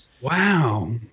Wow